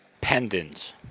Pendants